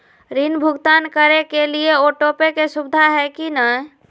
ऋण भुगतान करे के लिए ऑटोपे के सुविधा है की न?